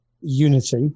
Unity